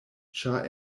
ĉar